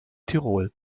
tirol